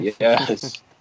Yes